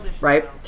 right